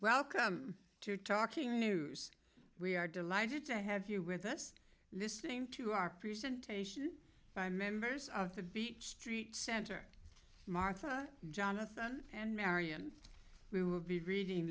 welcome to talking news we are delighted to have you with us listening to our presentation by members of the beat street center martha jonathan and mary and we will be reading